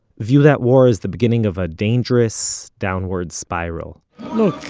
view that war as the beginning of a dangerous downward spiral look,